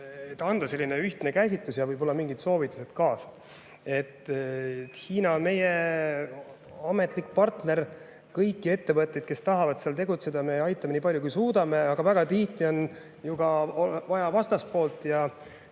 anda selline ühtne käsitlus ja võib-olla mingid soovitused kaasa. Hiina on meie ametlik partner. Kõiki ettevõtteid, kes tahavad seal tegutseda, me aitame nii palju, kui suudame. Aga väga tihti on vaja ka vastaspoolt,